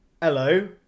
Hello